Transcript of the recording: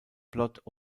plot